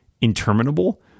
interminable